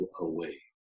away